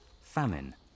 famine